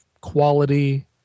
quality